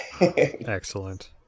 Excellent